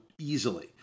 easily